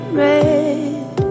red